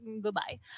goodbye